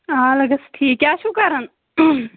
آ لَگس ٹھیٖک کیٛاہ چھُو کَران